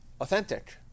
authentic